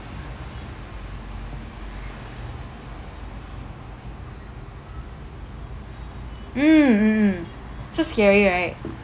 mm mm mm so scary right